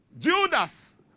Judas